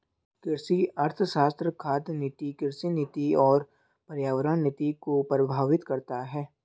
कृषि अर्थशास्त्र खाद्य नीति, कृषि नीति और पर्यावरण नीति को प्रभावित करता है